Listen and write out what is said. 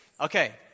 Okay